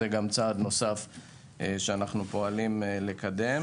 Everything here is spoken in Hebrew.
זה גם צעד נוסף שאנו פועלים לקדם.